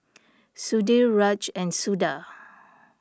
Sudhir Raj and Suda